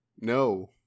no